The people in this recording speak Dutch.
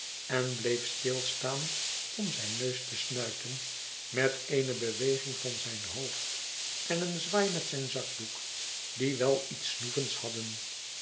en bleef stilstaan om zijn neus te snuiten met eene beweging van zijn hoofd en een zwaai met zijn zakdoek die wel iet s snoevends hadden